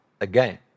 again